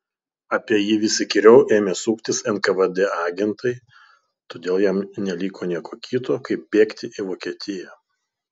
apie jį vis įkyriau ėmė suktis nkvd agentai todėl jam neliko nieko kito kaip bėgti į vokietiją